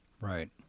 right